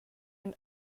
and